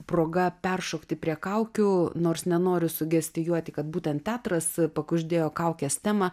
proga peršokti prie kaukių nors nenoriu sugestijuoti kad būtent teatras pakuždėjo kaukės temą